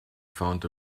found